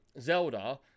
Zelda